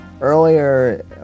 earlier